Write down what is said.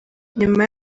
nyuma